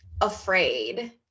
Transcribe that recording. afraid